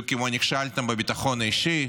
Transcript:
בדיוק כמו שנכשלתם בביטחון האישי,